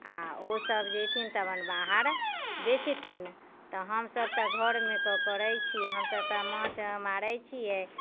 आओर ओ सभ जेथिन तऽ अपन बाहर बेचथिन तऽ हमसभ तऽ घरमे कऽ कऽ रहै छियै हमसभ तऽ माछ मारै छियै